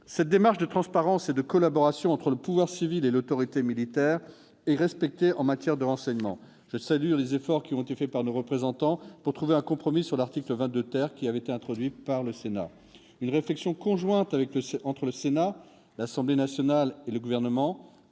Cette démarche de transparence et de collaboration entre le pouvoir civil et l'autorité militaire est respectée en matière de renseignement. Je salue les efforts de nos représentants à la commission mixte paritaire pour trouver un compromis sur l'article 22, qui avait été introduit par le Sénat. Une réflexion conjointe entre le Sénat, l'Assemblée nationale et le Gouvernement